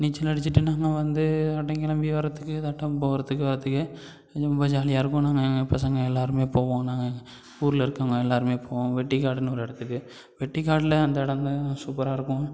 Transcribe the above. நீச்சல் அடிச்சிட்டு நாங்கள் வந்து இதாட்டம் கிளம்பி வரத்துக்கு இதாட்டம் போகிறத்துக்கு வரத்துக்கே ரொம்ப ஜாலியாக இருக்கும் நாங்கள் எங்கள் பசங்க எல்லாருமே போவோம் நாங்கள் ஊர்ல இருக்கவங்க எல்லாருமே போவோம் வெட்டிக்காடுன்னு ஒரு இடத்துக்கு வெட்டிக்காட்டில அந்த எடந்தான் சூப்பராக இருக்கும்